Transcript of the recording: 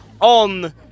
on